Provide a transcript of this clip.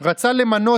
בוא, הינה,